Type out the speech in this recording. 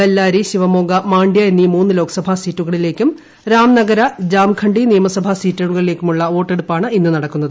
ബല്ലാരി ശിവമോഗ മാണ്ഡ്യ എന്നീ മൂന്ന് ലോക്സഭ സീറ്റുകളിലേക്കും രാമനഗര ജാംഘണ്ഡി നിയമസഭാ സീറ്റിലേക്കുമുള്ള വോട്ടെടുപ്പാണ് ഇന്ന് നടക്കുന്നത്